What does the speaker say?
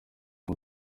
ngo